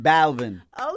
Balvin